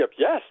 Yes